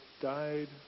died